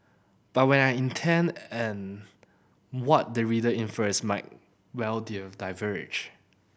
but when I intend and what the reader infers might well diverge